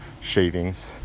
shavings